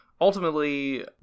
ultimately